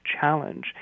challenge